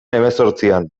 hemezortzian